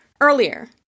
earlier